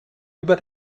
über